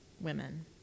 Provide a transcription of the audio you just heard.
women